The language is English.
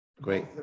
Great